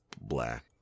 black